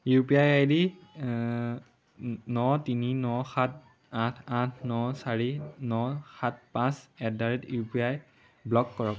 U P I I D ন তিনি ন সাত আঠ আঠ ন চাৰি ন সাত পাঁচ at the rate U P I block কৰক